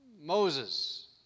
Moses